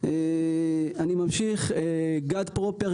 אני ממשיך, גד פרופר,